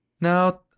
Now